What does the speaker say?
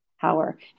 power